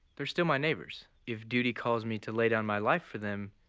they're still my neighbors. if duty calls me to lay down my life for them,